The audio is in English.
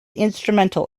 instrumental